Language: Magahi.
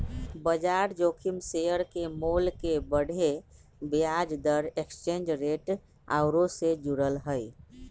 बजार जोखिम शेयर के मोल के बढ़े, ब्याज दर, एक्सचेंज रेट आउरो से जुड़ल हइ